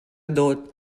dawt